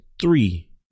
Three